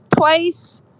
twice